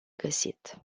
găsit